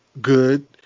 good